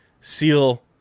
seal